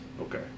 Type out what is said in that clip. Okay